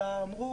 אמרו,